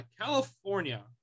California